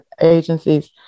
agencies